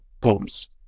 poems